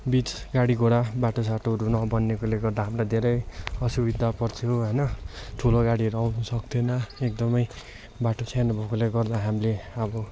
बिच गाडीघोडा बाटोसाटोहरू नबनिएकोले गर्दा हामीलाई धेरै असुविधा पर्थ्यो होइन ठुलो गाडीहरू आउनुसक्ने थिएन एकदमै बाटो सानो भएकोले गर्दा हामीले अब